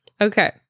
Okay